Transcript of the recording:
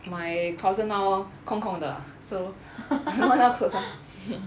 my closet now 空空的 so not enough clothes